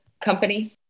company